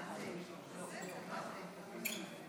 גברתי היושבת בראש,